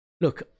look